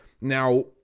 Now